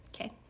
Okay